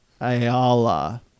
Ayala